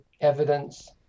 evidence